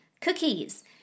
cookies